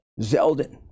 Zeldin